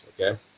okay